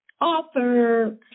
author